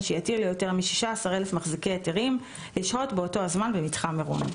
שיתיר ליותר מ-16,000 מחזיקי היתרים לשהות באותו הזמן במתחם מירון.